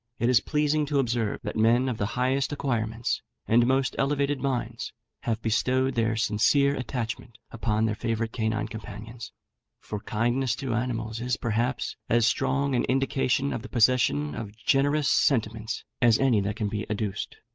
it is pleasing to observe that men of the highest acquirements and most elevated minds have bestowed their sincere attachment upon their favourite canine companions for kindness to animals is, perhaps, as strong an indication of the possession of generous sentiments as any that can be adduced.